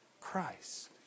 Christ